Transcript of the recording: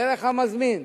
דרך המזמין,